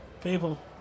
People